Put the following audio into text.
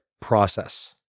process